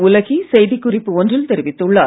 உலகி செய்திக்குறிப்பு ஒன்றில் தெரிவித்துள்ளார்